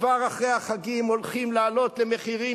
כבר אחרי החגים הולכים לעלות למחירים